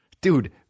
Dude